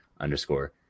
underscore